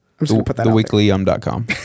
theweeklyum.com